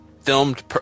filmed